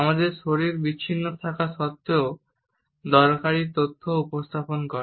আমাদের শরীর বিচ্ছিন্ন থাকা সত্ত্বেও দরকারী তথ্য উপস্থাপন করে